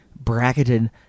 bracketed